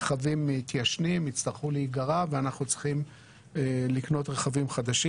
רכבים מתיישנים יצטרכו להיגרע ואנחנו צריכים לקנות רכבים חדשים.